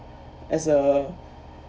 as a